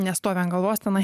nestovi ant galvos tenai